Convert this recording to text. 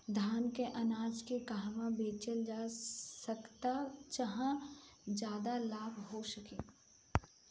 धान के अनाज के कहवा बेचल जा सकता जहाँ ज्यादा लाभ हो सके?